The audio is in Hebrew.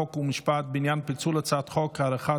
חוק ומשפט בעניין פיצול הצעת חוק הארכת